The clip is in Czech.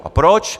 A proč?